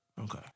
Okay